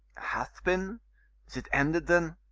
hath been! is it ended, then?